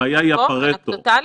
אנקדוטלי?